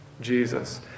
Jesus